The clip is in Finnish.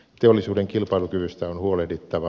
teollisuuden kilpailukyvystä on huolehdittava